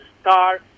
star